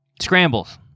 Scrambles